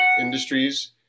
industries